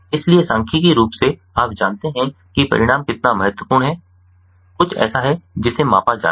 इसलिए सांख्यिकीय रूप से आप जानते हैं कि परिणाम कितना महत्वपूर्ण हैं कुछ ऐसा है जिसे मापा जाना है